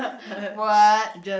what